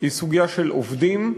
היא סוגיה של עובדים,